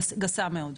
גסה מאוד.